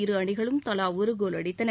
இரு அணிகளும் தலா ஒரு கோல் அடித்தன